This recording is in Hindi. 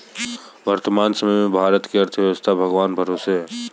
वर्तमान समय में भारत की अर्थव्यस्था भगवान भरोसे है